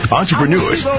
entrepreneurs